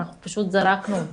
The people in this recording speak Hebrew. אנחנו פשוט זרקנו אותם.